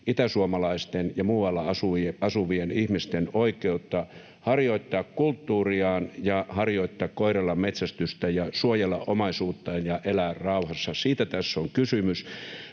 itäsuomalaisten ja muualla asuvien ihmisten oikeutta harjoittaa kulttuuriaan ja harjoittaa koiralla metsästystä ja suojella omaisuutta ja elää rauhassa. Siitä tässä on kysymys,